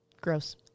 Gross